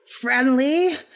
friendly